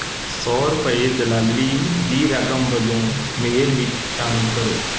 ਸੌ ਰੁਪਏ ਦਲਾਲੀ ਦੀ ਰਕਮ ਵਜੋਂ ਮੇਹਰ ਵਿੱਚ ਸ਼ਾਮਲ ਕਰੋ